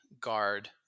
guard